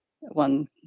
one